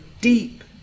deep